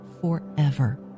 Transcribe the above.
forever